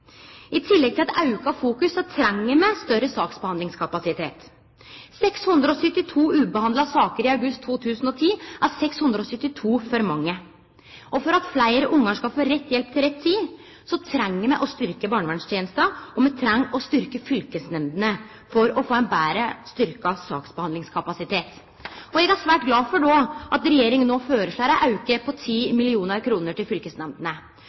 I tillegg til eit auka fokus treng me større saksbehandlingskapasitet. 672 ubehandla saker i august 2010 er 672 for mange. For at fleire barn skal få rett hjelp til rett tid, treng me å styrkje barnevernstenesta, og me treng å styrkje fylkesnemndene for å få ein betre og styrkt saksbehandlingskapasitet. Eg er svært glad for at regjeringa no føreslår ein auke på 10 mill. kr til